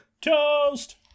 Toast